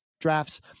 drafts